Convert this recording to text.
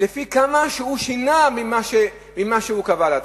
לפי כמה שהוא שינה ממה שהוא קבע לעצמו.